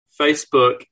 Facebook